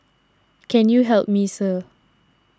can you help me sir